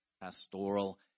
pastoral